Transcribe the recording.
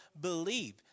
believe